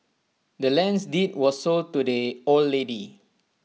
the land's deed was sold to the old lady